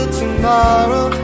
tomorrow